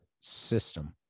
system